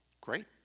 Great